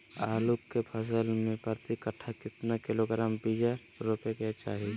आलू के फसल में प्रति कट्ठा कितना किलोग्राम बिया रोपे के चाहि?